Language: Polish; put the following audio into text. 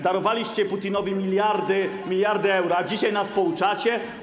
darowaliście Putinowi miliardy, miliardy euro, a dzisiaj nas pouczacie?